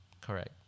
Correct